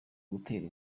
gutera